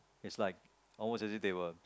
it's like almost as if they were